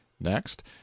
next